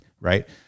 right